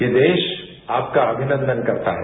ये देश आपका अभिनंदन करता है